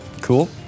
Cool